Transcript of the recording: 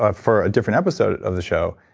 ah for a different episode of the show.